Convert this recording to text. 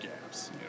gaps